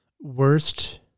worst